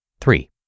Three